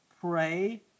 pray